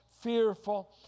fearful